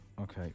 Okay